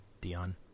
Dion